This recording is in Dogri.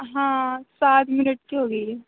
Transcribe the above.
हां सात मिनट की हो गयी है